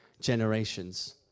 generations